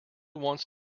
wants